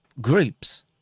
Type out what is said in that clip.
groups